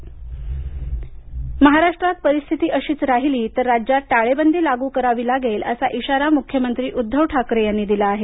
उद्धव ठाकरे संवाद परिस्थिती अशीच राहिली तर राज्यात टाळेबंदी लागू करावी लागेल असा इशारा मुख्यमंत्री उद्धव ठाकरे यांनी दिला आहे